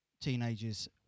teenagers